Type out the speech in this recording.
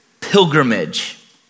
pilgrimage